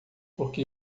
porque